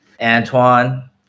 Antoine